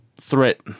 threat